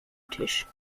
tisch